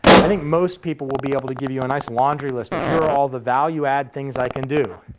i think most people will be able to give you a nice laundry list of, here are all the value-add things i can do.